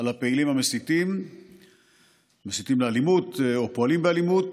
כנגד הפעילים המסיתים לאלימות או פועלים באלימות,